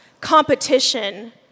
competition